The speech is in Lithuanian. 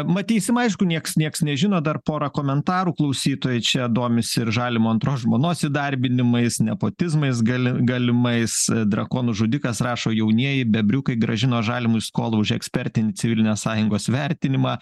matysim aišku nieks nieks nežino dar pora komentarų klausytojai čia domisi ir žalimo antros žmonos įdarbinimais nepotizmais gali galimais drakonų žudikas rašo jaunieji bebriukai grąžino žalimui skolą už ekspertinį civilinės sąjungos vertinimą